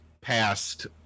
past